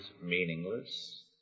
meaningless